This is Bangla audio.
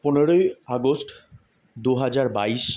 পনেরোই আগস্ট দু হাজার বাইশ